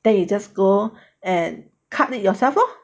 then you just go and cut it yourself lor